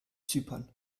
zypern